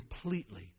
completely